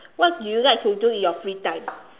what do you like to do in your free time